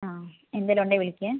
അ എന്തേലും ഉണ്ടെങ്കിൽ വിളിക്ക്